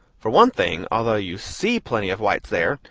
for one thing, although you see plenty of whites there,